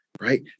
right